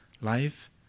life